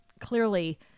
clearly